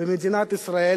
במדינת ישראל,